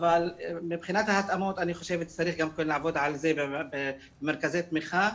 אבל מבחינת ההתאמות אני חושבת שצריך לעבוד על זה במרכזי התמיכה,